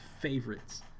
favorites